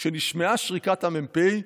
כשנשמעה שריקת המ"פ,